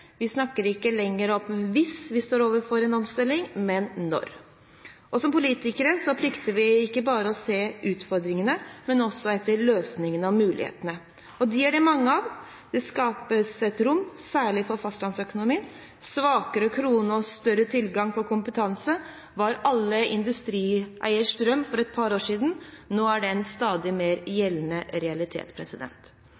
Vi snakker ikke lenger om «hvis» vi står overfor en omstilling, men «når». Som politikere plikter vi ikke bare å se utfordringene, men også løsningene og mulighetene, og dem er det mange av. Dette skaper et rom, særlig for fastlandsøkonomien. Svakere krone og større tilgang på kompetanse var alle industrieieres drøm for et par år siden. Nå er det en stadig mer gjeldende realitet.